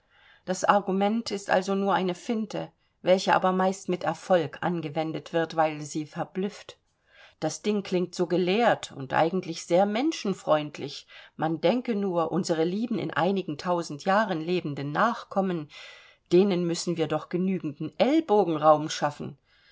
das argument ist also nur eine finte welche aber meist mit erfolg angewendet wird weil sie verblüfft das ding klingt so gelehrt und eigentlich sehr menschenfreundlich man denke nur unsere lieben in einigen tausend jahren lebenden nachkommen denen müssen wir doch genügenden ellbogenraum schaffen